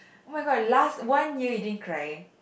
oh-my-god last one year you didn't cry